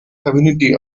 community